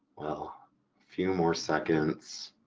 well a few more seconds.